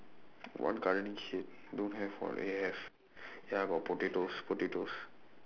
what gardening shit don't have [what] eh have ya got potatoes potatoes